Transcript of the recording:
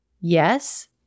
yes